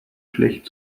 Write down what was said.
schlecht